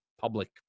public –